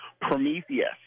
Prometheus